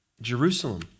Jerusalem